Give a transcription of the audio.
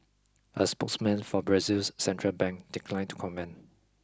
a spokesman for Brazil's central bank declined to comment